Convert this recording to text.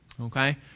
Okay